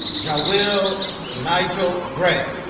ja'will nigel gray